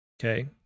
Okay